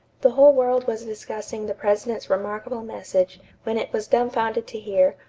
the whole world was discussing the president's remarkable message, when it was dumbfounded to hear,